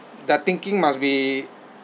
their thinking must be